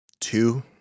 two